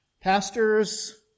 Pastors